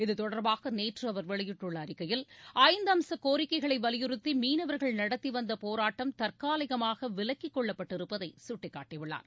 இத்தொடர்பாக நேற்று அவர் வெளியிட்டுள்ள அறிக்கையில் ஐந்து அம்ச கோரிக்கைகளை வலியுறுத்தி மீனவர்கள் நடத்திவந்த போராட்டம் தற்காலிகமாக விலக்கிக் கொள்ளப்பட்டிருப்பதை சுட்டிக்காட்டியுள்ளார்